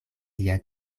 lia